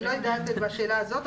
אני לא יודעת לגבי השאלה הזאת.